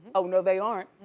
oh no they aren't.